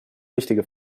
richtige